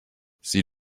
sie